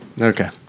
Okay